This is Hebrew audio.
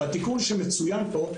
בתיקון שמצוין פה,